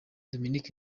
dominic